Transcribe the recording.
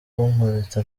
kunkubita